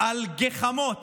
על גחמות,